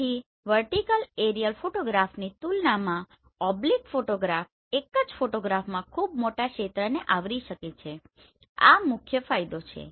તેથી vertical aerial ફોટોગ્રાફની તુલનામાં ઓબ્લીક ફોટોગ્રાફ એક જ ફોટોગ્રાફમાં ખૂબ મોટા ક્ષેત્રને આવરી શકે છે આ મુખ્ય ફાયદો છે